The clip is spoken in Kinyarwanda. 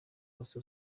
wose